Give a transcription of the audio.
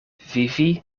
vivi